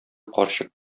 карчык